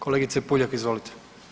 Kolegice Puljak, izvolite.